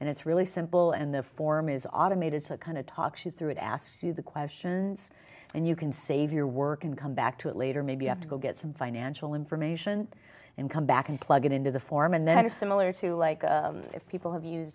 and it's really simple and the form is automated so it kind of talks you through it asks you the questions and you can save your work and come back to it later maybe have to go get some financial information and come back and plug it into the form and that are similar to like if people have used